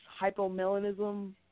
hypomelanism